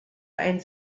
ein